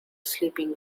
sleeping